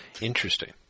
Interesting